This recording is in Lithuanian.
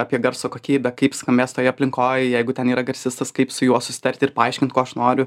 apie garso kokybę kaip skambės toj aplinkoj jeigu ten yra garsistas kaip su juo susitart ir paaiškint ko aš noriu